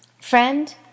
Friend